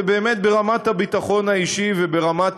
זה באמת ברמת הביטחון האישי וברמת